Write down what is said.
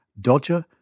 Dolce